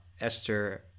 Esther